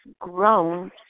grown